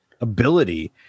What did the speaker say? ability